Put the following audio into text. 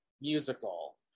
musical